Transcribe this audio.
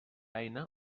eina